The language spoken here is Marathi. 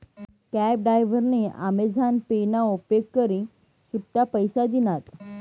कॅब डायव्हरनी आमेझान पे ना उपेग करी सुट्टा पैसा दिनात